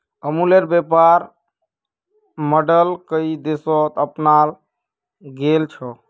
अमूलेर व्यापर मॉडल कई देशत अपनाल गेल छ